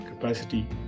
capacity